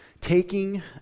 taking